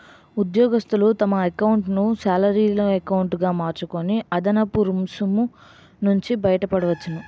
ఉద్యోగస్తులు తమ ఎకౌంటును శాలరీ ఎకౌంటు గా మార్చుకొని అదనపు రుసుము నుంచి బయటపడవచ్చు